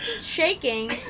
shaking